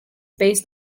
based